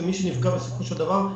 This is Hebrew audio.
זה מי שנפגע בסופו של דבר,